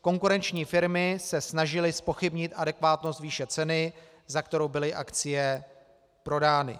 Konkurenční firmy se snažily zpochybnit adekvátnost výše ceny, za kterou byly akcie prodány.